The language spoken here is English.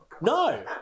No